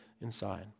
inside